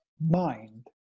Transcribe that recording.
mind